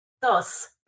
Thus